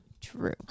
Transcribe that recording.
True